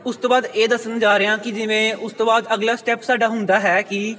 ਉਸ ਤੋਂ ਬਾਅਦ ਇਹ ਦੱਸਣ ਜਾ ਰਿਹਾਂ ਕਿ ਜਿਵੇਂ ਉਸ ਤੋਂ ਬਾਅਦ ਅਗਲਾ ਸਟੈਪ ਸਾਡਾ ਹੁੰਦਾ ਹੈ ਕਿ